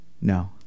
No